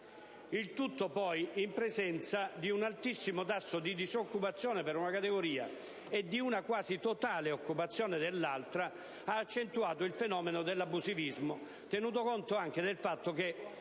Il tutto poi, in presenza di un altissimo tasso di disoccupazione per una categoria e di una quasi totale occupazione per l'altra, ha accentuato il fenomeno dell'abusivismo, tenuto conto anche del fatto che